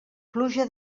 pluja